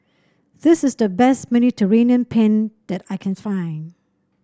this is the best Mediterranean Penne that I can find